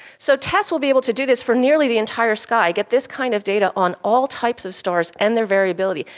so tess will be able to do this for nearly the entire sky, get this kind of data on all types of stars and their variability,